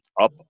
up